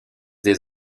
des